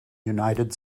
united